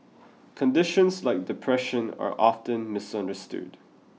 conditions like depression are often misunderstood